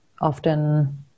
often